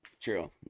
True